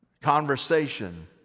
conversation